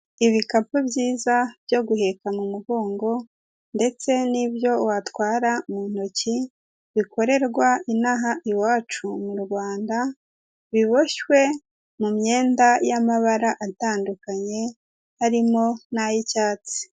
Ibikapu byiza byo guheka mu mugongo ndetse n'ibyo watwara mu ntoki bikorerwa inaha iwacu mu Rwanda biboshywe mu myenda y'amabara atandukanye harimo n'ay'icyatsi.